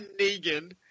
Negan